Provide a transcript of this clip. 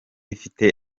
ifite